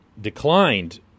declined